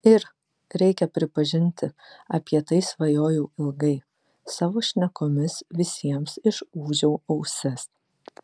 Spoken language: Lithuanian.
ir reikia pripažinti apie tai svajojau ilgai savo šnekomis visiems išūžiau ausis